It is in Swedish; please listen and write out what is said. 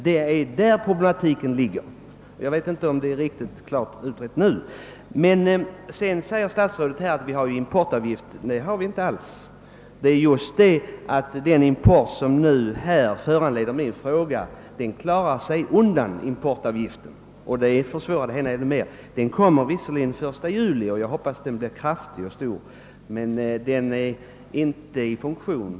Det är där problemet ligger. Jag vet inte om jag förklarat saken tillräckligt tydligt den här gången. Statsrådet sade vidare att vi har en importavgift, men så är inte alls fallet. Den import som föranlett min fråga klarar sig undan importavgiften, vilket förvärrar saken ännu mer. Visserligen kommer det att införas en importavgift den 1 juli, och det är min förhoppning att den blir stor. För närvarande finns det emellertid ingen importavgift.